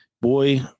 boy